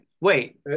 Wait